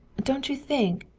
don't you think,